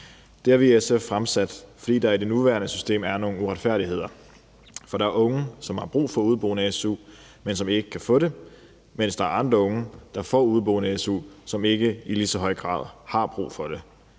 Det har vi SF fremsat, fordi der i det nuværende system er nogle uretfærdigheder. For der er unge, som har brug for su til udeboende, men som ikke kan få det, mens der er andre unge, der får su til udeboende, som ikke i lige så høj grad har brug for det.